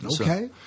Okay